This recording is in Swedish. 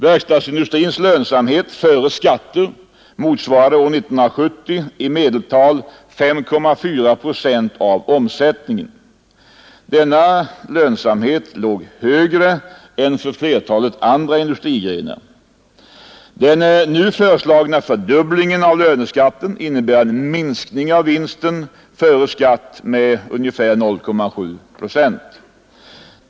Verkstadsindustrins lönsamhet — före skatter — motsvarade år 1970 i medeltal 5,4 procent av omsättningen. Denna lönsamhet låg högre än för flertalet andra industrigrenar. Den nu föreslagna fördubblingen av löneskatten innebär en minskning av vinsten före skatt med ungefär 0,7 procent.